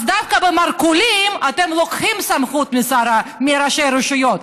אז דווקא במרכולים אתם לוקחים סמכות מראשי הרשויות,